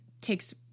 takes